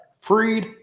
Freed